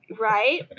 Right